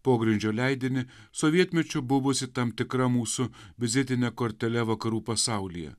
pogrindžio leidinį sovietmečiu buvusį tam tikra mūsų vizitine kortele vakarų pasaulyje